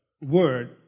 word